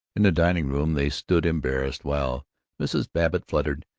in the dining-room they stood embarrassed while mrs. babbitt fluttered,